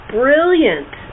brilliant